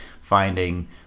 finding